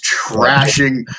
trashing